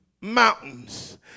mountains